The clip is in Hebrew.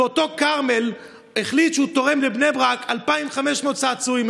ואותו כרמל החליט שהוא תורם לבני ברק 2,500 צעצועים.